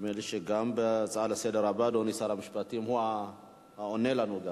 נדמה לי שגם בהצעה הבאה לסדר-היום אדוני שר המשפטים הוא העונה לנו.